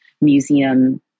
museum